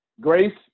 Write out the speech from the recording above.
Grace